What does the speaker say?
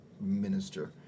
minister